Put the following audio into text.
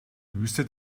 wüste